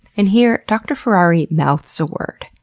and here, dr. ferrari mouths a word,